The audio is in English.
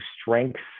strengths